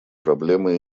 проблемы